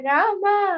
Rama